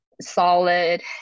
solid